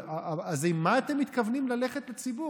אז עם מה אתם מתכוונים ללכת לציבור?